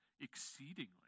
exceedingly